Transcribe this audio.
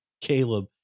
Caleb